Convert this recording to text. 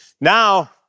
now